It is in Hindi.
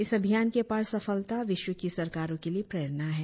इस अभियान की अपार सफलता विश्व की सरकारों के लिए प्रेरणा है